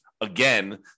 again